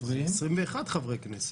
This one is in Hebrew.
זה 21 חברי כנסת.